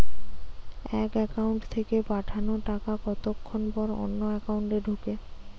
এক একাউন্ট থেকে পাঠানো টাকা কতক্ষন পর অন্য একাউন্টে ঢোকে?